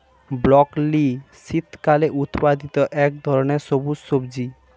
broccoli শীতকালে উৎপাদিত এক ধরনের সবুজ সবজি